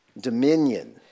dominion